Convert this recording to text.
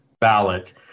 ballot